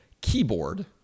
keyboard